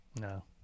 No